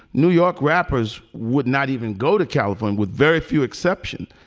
new york rappers would not even go to california with very few exceptions.